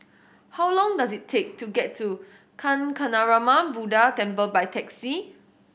how long does it take to get to Kancanarama Buddha Temple by taxi